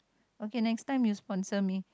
okay next time you sponsor me